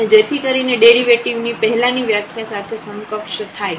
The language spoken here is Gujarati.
અને જેથી કરીને ડેરિવેટિવ ની પહેલા ની વ્યાખ્યા સાથે સમકક્ષ થાય